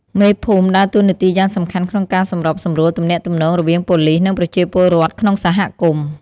មេភូមិដើរតួនាទីយ៉ាងសំខាន់ក្នុងការសម្របសម្រួលទំនាក់ទំនងរវាងប៉ូលីស និងប្រជាពលរដ្ឋក្នុងសហគមន៍។